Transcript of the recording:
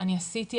אני עשיתי,